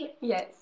Yes